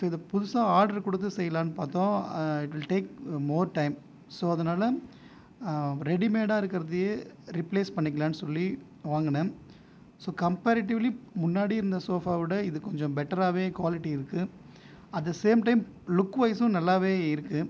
so இது புதுசாக order கொடுத்து செய்யலாமுன்னு பார்த்தோம் it will take more time so அதனால ரெடிமேடா இருக்கிறதே ரிப்லேஸ் பண்ணிக்கலாம்னு சொல்லி வாங்கினோம் ஸோ கம்பேரேடிவிலி முன்னாடி இருந்த சோஃபாவை விட இது பெட்டராகவே குவாலிட்டி இருக்குது அட் தி சேம் டைம் லுக்வைசும் நல்லாவே இருக்குது